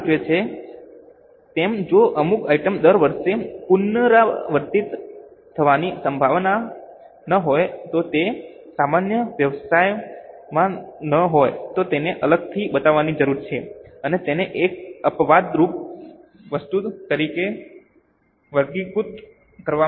નામ સૂચવે છે તેમ જો અમુક આઇટમ દર વર્ષે પુનરાવર્તિત થવાની સંભાવના ન હોય તો તે સામાન્ય વ્યવસાયમાં ન હોય તો તેને અલગથી બતાવવાની જરૂર છે અને તેને એક અપવાદરૂપ વસ્તુ તરીકે વર્ગીકૃત કરવામાં આવશે